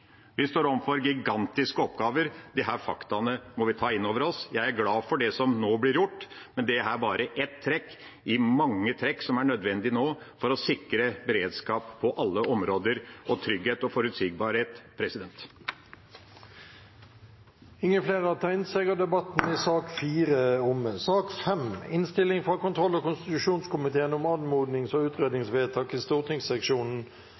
Vi står overfor gigantiske oppgaver. Disse faktaene må vi ta inn over oss. Jeg er glad for det som nå blir gjort, men dette er bare ett trekk i mange trekk som er nødvendig nå for å sikre beredskap på alle områder og trygghet og forutsigbarhet. Flere har ikke bedt om ordet til sak nr. 4. Stortinget skal få en klar og tydelig tilbakemelding og status over de ulike anmodningsvedtakene, og